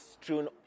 strewn